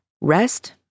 rest